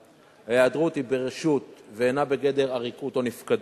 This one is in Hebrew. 2. ההיעדרות היא ברשות ואינה בגדר עריקות או נפקדות,